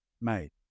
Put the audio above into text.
mate